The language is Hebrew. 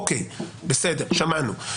אוקיי, בסדר, שמענו.